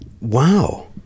wow